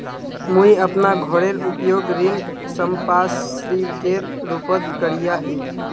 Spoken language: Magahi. मुई अपना घोरेर उपयोग ऋण संपार्श्विकेर रुपोत करिया ही